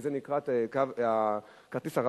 שזה נקרא כרטיס "רב-קו",